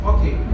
Okay